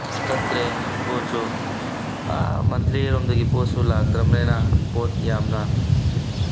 ꯆꯠꯇ꯭ꯔꯦ ꯄꯣꯠꯁꯨ ꯑꯥ ꯃꯟꯗꯂꯦꯔꯣꯝꯗꯒꯤ ꯄꯣꯠꯁꯨ ꯂꯥꯛꯇ꯭ꯔꯕꯅꯤꯅ ꯄꯣꯠ ꯌꯥꯝꯅ